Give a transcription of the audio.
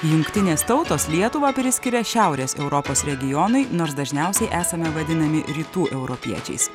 jungtinės tautos lietuvą priskiria šiaurės europos regionui nors dažniausiai esame vadinami rytų europiečiais